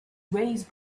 raised